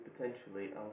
potentially